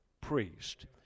priest